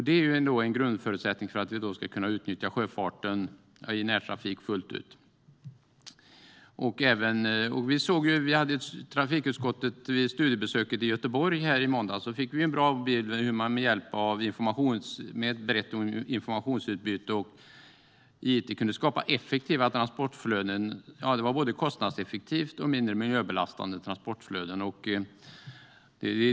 Det är en grundförutsättning för att vi ska kunna utnyttja sjöfarten i närtrafik fullt ut. Vid trafikutskottets studiebesök i Göteborg i måndags fick vi en bra bild av hur man med ett brett informationsutbyte och it kan skapa effektiva transportflöden. Det var både kostnadseffektiva och mindre miljöbelastande transportflöden.